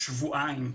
שבועיים.